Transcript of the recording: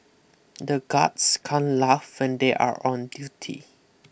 the guards can't laugh when they are on duty